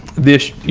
this, you